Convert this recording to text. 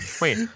Wait